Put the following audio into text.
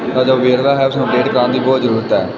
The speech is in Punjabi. ਆ ਜੋ ਵੇਰਵਾ ਹੈ ਉਸਨੂੰ ਅਪਡੇਟ ਕਰਨ ਦੀ ਬਹੁਤ ਜ਼ਰੂਰਤ ਹੈ